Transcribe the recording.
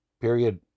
period